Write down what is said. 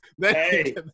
Hey